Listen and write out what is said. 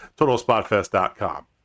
TotalSpotFest.com